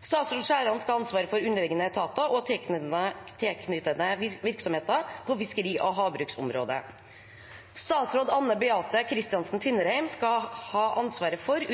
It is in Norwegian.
Statsråd Skjæran skal ha ansvaret for underliggende etater og tilknyttede virksomheter på fiskeri- og havbruksområdet. Statsråd Anne Beathe Kristiansen Tvinnereim skal ha ansvaret for